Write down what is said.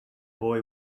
boy